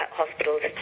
hospitals